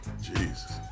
Jesus